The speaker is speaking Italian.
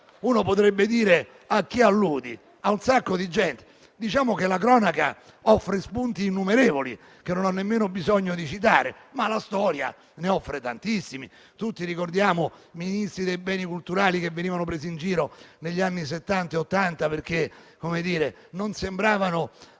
si potrebbe chiedere a chi alludo; a un sacco di gente. Diciamo che la cronaca offre spunti innumerevoli, che non ho nemmeno bisogno di citare, ma anche la storia ne offre tantissimi. Tutti ricordiamo Ministri dei beni culturali che venivano presi in giro negli anni Settanta e Ottanta, perché non sembravano